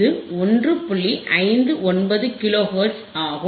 59 kilohertz ஆகும்